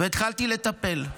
והתחלתי לטפל.